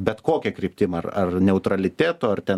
bet kokia kryptim ar ar neutraliteto ar ten